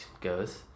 goes